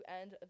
end